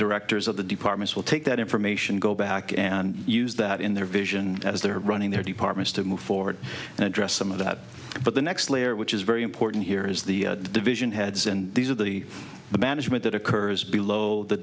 directors of the departments will take that information go back and use that in their vision as they're running their departments to move forward and address some of that but the next layer which is very important here is the division heads and these are the the management that occurs b